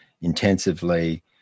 intensively